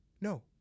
No